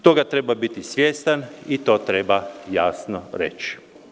Toga treba biti svijestan i to treba jasno reći.